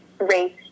race